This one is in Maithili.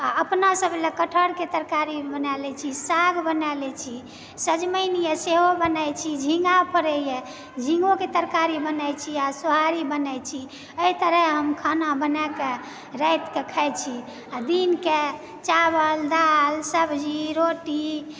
आ अपना सब ले कटहरके तरकारी बनाय लै छी साग बनाय लै छी सजमनि येए सेहो बनाय छी झीङ्गा फड़ैए झीङ्गोके तरकारी बनाय छी आ सोहारी बनाय छी अइ तरहे हम खाना बनाके रातिकऽ खाइ छी आ दिनके चावल दाल सब्जी रोटी